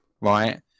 right